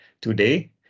today